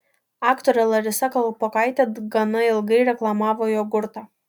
aktorė larisa kalpokaitė gana ilgai reklamavo jogurtą